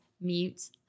mute